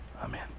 Amen